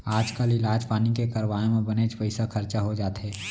आजकाल इलाज पानी के करवाय म बनेच पइसा खरचा हो जाथे